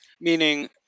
meaning